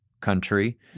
country